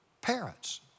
parents